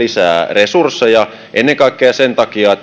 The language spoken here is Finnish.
resursseja ennen kaikkea sen takia